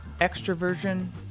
extroversion